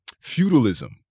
feudalism